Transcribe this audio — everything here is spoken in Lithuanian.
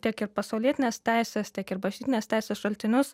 tiek ir pasaulietinės teisės tiek ir bažnytinės teisės šaltinius